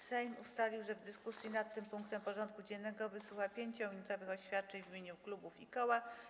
Sejm ustalił, że w dyskusji nad tym punktem porządku dziennego wysłucha 5-minutowych oświadczeń w imieniu klubów i koła.